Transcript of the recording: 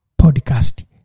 podcast